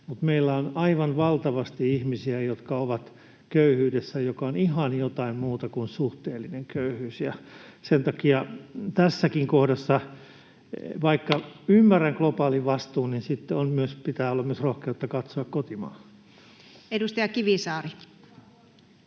mutta meillä on aivan valtavasti ihmisiä, jotka ovat köyhyydessä, joka on ihan jotain muuta kuin suhteellinen köyhyys. Sen takia tässäkin kohdassa, vaikka ymmärrän globaalin vastuun, pitää myös olla rohkeutta katsoa kotimaahan.